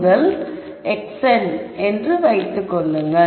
xn என்று வைத்துக் கொள்ளுங்கள்